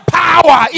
power